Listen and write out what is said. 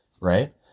right